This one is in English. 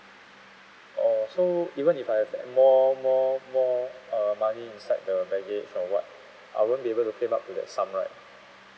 oh so even if I have that more more more uh money inside the baggage or what I won't be able to claim up to that sum right